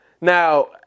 Now